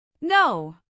No